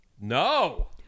No